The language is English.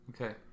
Okay